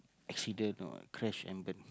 accident or crash and burn